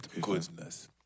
goodness